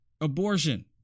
abortion